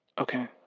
Okay